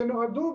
שנועדו,